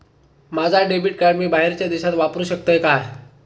माझा debit card मी बाहेरच्या देशात वापरू शकतय काय?